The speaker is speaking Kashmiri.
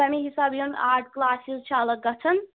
تَمے حِساب یِہُنٛد آرٹ کٕلاسِز چھِ الگ گژھان